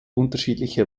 unterschiedliche